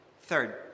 Third